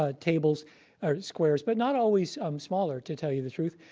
ah tables or squares. but not always um smaller, to tell you the truth,